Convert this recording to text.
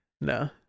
No